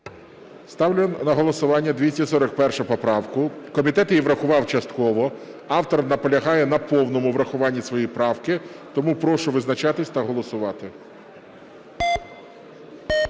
Ставлю на голосування 241 поправку. Комітет її врахував частково, автор наполягає на повному врахуванні своєї правки. Тому прошу визначатись та голосувати.